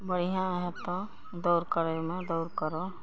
बढ़िआँ हेतौ दौड़ करैमे दौड़ करऽ